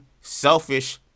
selfish